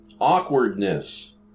Awkwardness